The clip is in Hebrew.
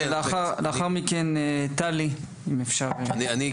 לאחר מכן, טלי, אם אפשר להתייחס.